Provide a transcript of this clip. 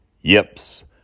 Yips